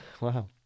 Wow